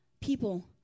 people